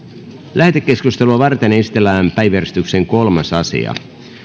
lähetekeskustelua varten esitellään päiväjärjestyksen kolmas asia